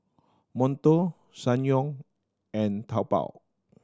Monto Ssangyong and Taobao